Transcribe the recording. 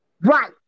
Right